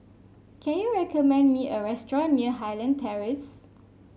can you recommend me a restaurant near Highland Terrace